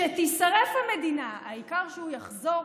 שתישרף המדינה, העיקר שהוא יחזור